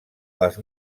les